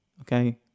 Okay